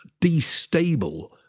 destable